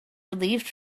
relieved